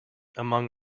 among